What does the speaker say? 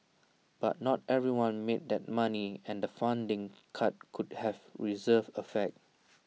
but not everyone made that money and the funding cut could have reverse effect